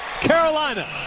Carolina